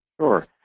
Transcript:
Sure